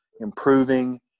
improving